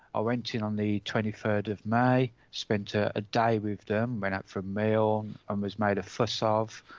ah went in on the twenty third may, spent ah a day with them, went out for a meal and was made a fuss ah of.